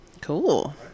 cool